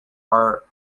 art